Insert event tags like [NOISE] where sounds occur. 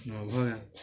[UNINTELLIGIBLE]